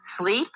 sleep